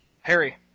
Harry